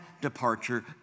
departure